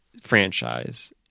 franchise